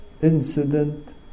incident